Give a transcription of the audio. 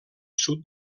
sud